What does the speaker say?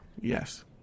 Yes